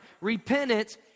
Repentance